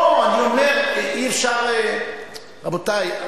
אי-אפשר - רבותי,